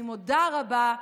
אני, תודה רבה.